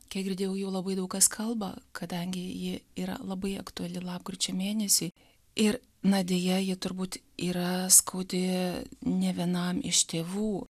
kiek girdėjau jau labai daug kas kalba kadangi ji yra labai aktuali lapkričio mėnesį ir na deja ji turbūt yra skaudi ne vienam iš tėvų